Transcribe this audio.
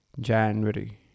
January